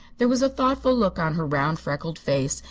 there was a thoughtful look on her round, freckled face,